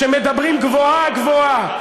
שמדברים גבוהה-גבוהה,